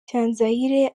cyanzayire